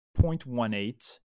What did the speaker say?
0.18